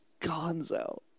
gonzo